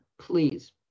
please